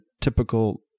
typical